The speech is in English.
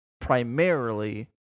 primarily